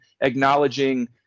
acknowledging